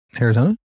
Arizona